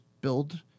build